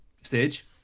stage